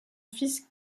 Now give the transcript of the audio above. fils